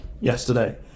yesterday